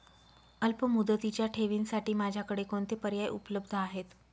अल्पमुदतीच्या ठेवींसाठी माझ्याकडे कोणते पर्याय उपलब्ध आहेत?